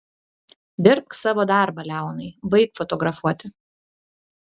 dirbk savo darbą leonai baik fotografuoti